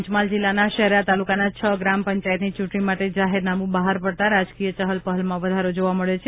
પંચમહાલ જિલ્લાના શહેરા તાલુકામાં છ ગ્રામ પંચાયતની ચૂંટણી માટે જાહેરનામું બહાર પડતા રાજકીય ચહલ પહલમાં વધારો જોવા મળ્યો છે